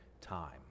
time